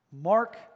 Mark